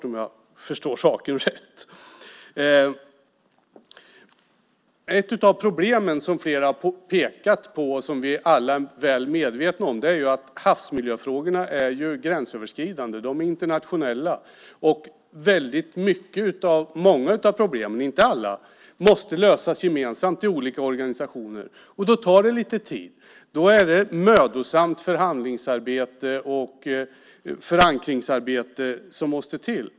Om jag förstår saken rätt kommer den rätt snart. Ett av problemen som flera har pekat på och som vi alla är medvetna om är att havsmiljöfrågorna är gränsöverskridande. De är internationella. Väldigt många av problemen, men inte alla, måste lösas gemensamt i olika organisationer. Då tar det lite tid. Det är ett mödosamt förhandlingsarbete och förankringsarbete som måste till.